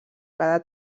cada